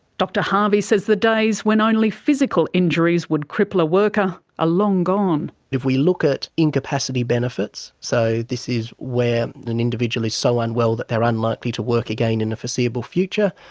dr harvey says the days when only physical injuries would cripple a worker are ah long gone. if we look at incapacity benefits, so this is where an individual is so unwell that they are unlikely to work again in the foreseeable future,